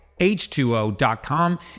h2o.com